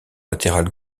latéral